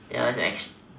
ya that is